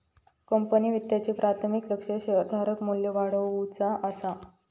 company वित्ताचे प्राथमिक लक्ष्य शेअरधारक मू्ल्य वाढवुचा असा